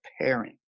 pairing